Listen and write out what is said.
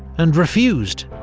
and refused,